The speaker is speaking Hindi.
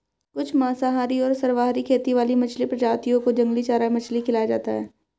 कुछ मांसाहारी और सर्वाहारी खेती वाली मछली प्रजातियों को जंगली चारा मछली खिलाया जाता है